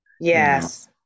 yes